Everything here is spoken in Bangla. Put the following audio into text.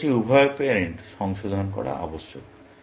আমার কাছে উভয় প্যারেন্ট সংশোধন করা আবশ্যক